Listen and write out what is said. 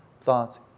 thoughts